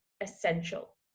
essential